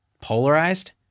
polarized